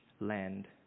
land